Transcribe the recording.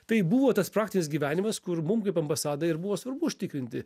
tai buvo tas praktinis gyvenimas kur mum kaip ambasadai ir buvo svarbu užtikrinti